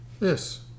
Yes